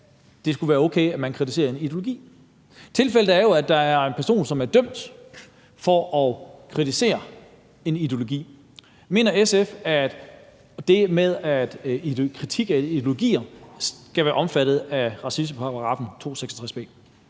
det skulle være okay at kritisere en ideologi. Tilfældet er jo, at der er en person, som er dømt for at kritisere en ideologi. Mener SF, at kritik af ideologier skal være omfattet af racismeparagraffen § 266 b?